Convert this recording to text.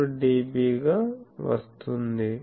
94 dB గా వస్తుంది